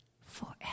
forever